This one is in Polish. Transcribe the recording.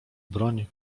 broń